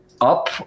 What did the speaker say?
Up